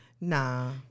Nah